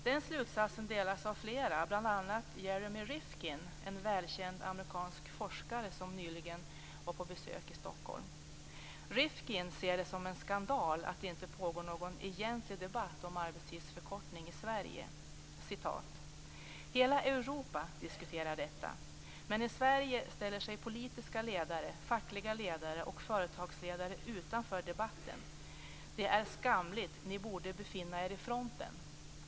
Den slutsatsen delas av flera, bl.a. Jeremy Rifkin, en välkänd amerikansk forskare som nyligen var på besök i Stockholm. Rifkin ser det som en skandal att det inte pågår någon egentlig debatt om arbetstidsförkortning i Sverige. "Hela Europa diskuterar detta, men i Sverige ställer sig politiska ledare, fackliga ledare och företagsledare utanför debatten. Det är skamligt, ni borde befinna er i fronten."